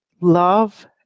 love